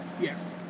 Yes